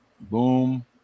Boom